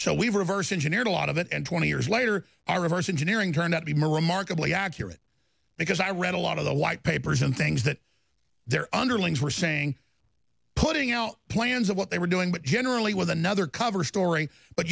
engineer a lot of it and twenty years later our reverse engineering turned out to be more remarkable accurate because i read a lot of the white papers and things that their underlings were saying putting el plans of what they were doing but generally with another cover story but